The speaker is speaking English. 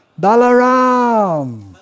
Balaram